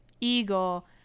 eagle